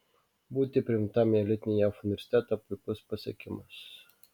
būti priimtam į elitinį jav universitetą puikus pasiekimas